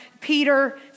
Peter